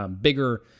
bigger